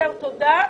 תודה.